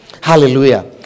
Hallelujah